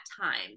time